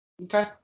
Okay